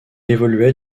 évoluait